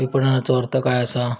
विपणनचो अर्थ काय असा?